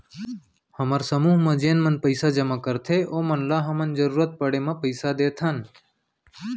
हमर समूह म जेन मन पइसा जमा करथे ओमन ल हमन जरूरत पड़े म पइसा देथन